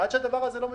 עד שהדבר הזה לא יטופל.